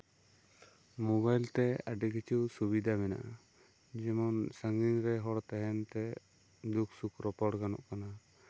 mobile ᱛᱮ ᱟᱹᱰᱤ ᱠᱤᱪᱷᱩ ᱥᱩᱵᱤᱫᱷᱟ ᱢᱮᱱᱟᱜᱼᱟ ᱡᱮᱢᱚᱱ ᱥᱟᱺᱜᱤᱧ ᱨᱮ ᱦᱚᱲ ᱛᱟᱦᱮᱱ ᱢᱮᱱᱛᱮ ᱫᱩᱠ ᱥᱩᱠ ᱨᱚᱯᱚᱲ ᱜᱟᱱᱚᱜ ᱠᱟᱱᱟ